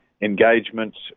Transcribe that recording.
engagements